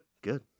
good